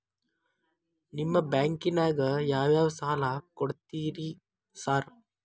ನಿಮ್ಮ ಬ್ಯಾಂಕಿನಾಗ ಯಾವ್ಯಾವ ಸಾಲ ಕೊಡ್ತೇರಿ ಸಾರ್?